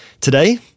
Today